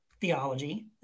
theology